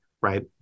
right